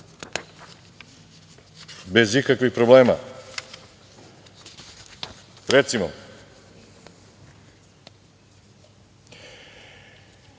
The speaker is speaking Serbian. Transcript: bez ikakvih problema. Recimo,